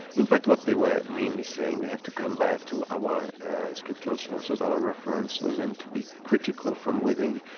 in fact what they were mainly saying, we have to come back to our scriptural sources, our references, and to be critical from within,